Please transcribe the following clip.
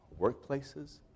workplaces